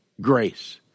grace